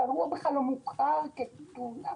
וזה לא מוכר כתאונה.